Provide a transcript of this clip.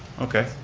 okay,